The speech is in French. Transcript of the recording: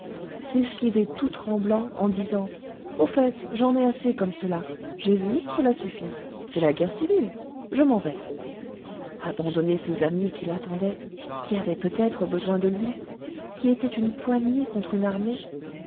s'esquiver tout tremblant en disant au fait j'en ai assez comme cela j'ai vu cela suffit c'est la guerre civile je m'en vais abandonner ses amis qui l'attendaient qui avaient peut-être besoin de lui qui étaient une poignée contre une armée